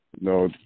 No